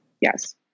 Yes